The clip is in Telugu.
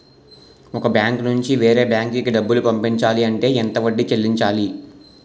ఒక బ్యాంక్ నుంచి వేరే బ్యాంక్ కి డబ్బులు పంపించాలి అంటే ఎంత వడ్డీ చెల్లించాలి?